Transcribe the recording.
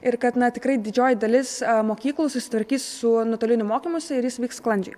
ir kad na tikrai didžioji dalis mokyklų susitvarkys su nuotoliniu mokymusi ir jis vyks sklandžiai